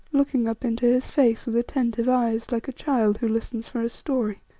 looking up into his face with attentive eyes, like a child who listens for a story.